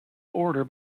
order